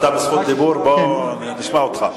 אתה ברשות דיבור, בוא נשמע אותך.